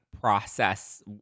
process